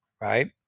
right